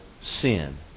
sin